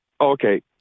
okay